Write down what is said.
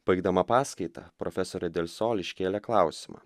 baigdama paskaitą profesorė del sol iškėlė klausimą